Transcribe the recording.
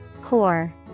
Core